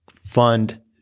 fund